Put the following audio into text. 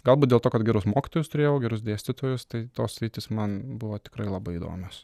galbūt dėl to kad gerus mokytojus turėjau gerus dėstytojus tai tos sritys man buvo tikrai labai įdomios